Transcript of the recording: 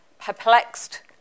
perplexed